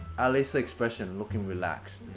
at least the expression, looking relaxed.